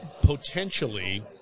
potentially